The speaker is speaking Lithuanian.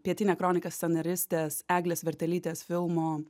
pietinia kronikas scenaristės eglės vertelytės filmo